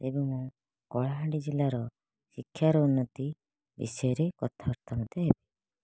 ତେବେ ମୁଁ କଳାହାଣ୍ଡି ଜିଲ୍ଲାର ଶିକ୍ଷାର ଉନ୍ନତି ବିଷୟରେ କଥାବାର୍ତ୍ତା ମଧ୍ୟ ହେବି